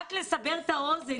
רק לסבר את האוזן,